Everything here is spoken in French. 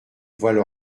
voient